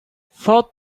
thought